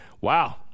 Wow